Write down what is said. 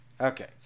Okay